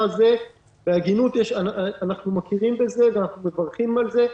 אנחנו מכירים בזה ואנחנו מברכים על זה.